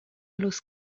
los